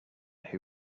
who